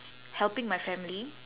helping my family